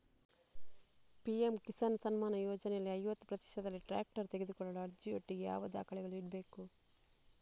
PM Kisan Samman ಯೋಜನೆಯಲ್ಲಿ ಐವತ್ತು ಪ್ರತಿಶತನಲ್ಲಿ ಟ್ರ್ಯಾಕ್ಟರ್ ತೆಕೊಳ್ಳಲು ಅರ್ಜಿಯೊಟ್ಟಿಗೆ ಯಾವ ದಾಖಲೆಗಳನ್ನು ಇಡ್ಬೇಕು?